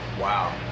Wow